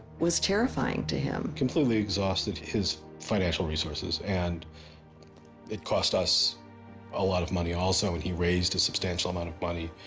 was terrifying to him. completley exhausted his financial resources and it cost us a lot of money also and he raised a substantial amount of money.